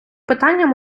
питанням